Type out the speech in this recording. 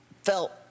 felt